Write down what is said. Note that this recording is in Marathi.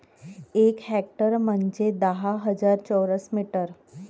एक हेक्टर म्हंजे दहा हजार चौरस मीटर